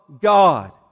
God